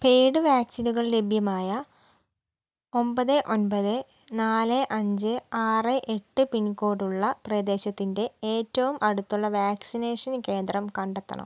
paid വാക്സിനുകൾ ലഭ്യമായ ഒൻപത് ഒൻപത് നാല് അഞ്ചേ ആറ് എട്ട് പിൻകോഡുള്ള പ്രദേശത്തിൻ്റെ ഏറ്റവും അടുത്തുള്ള വാക്സിനേഷൻ കേന്ദ്രം കണ്ടെത്തണം